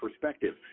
Perspective